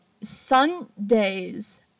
Sundays